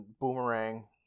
boomerang